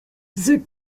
the